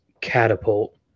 catapult